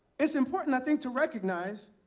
it's important, i think, to recognize